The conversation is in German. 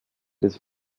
des